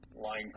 line